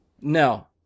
No